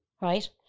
right